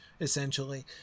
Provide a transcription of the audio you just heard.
essentially